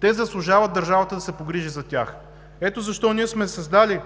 Те заслужават държавата да се погрижи за тях. Ето защо ние сме създали